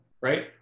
right